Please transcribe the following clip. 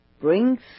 brings